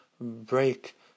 break